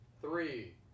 three